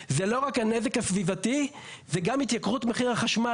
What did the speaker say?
היא לא רק הנזק הסביבתי אלא גם התייקרות מחיר החשמל.